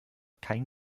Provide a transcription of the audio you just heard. kein